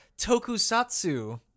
Tokusatsu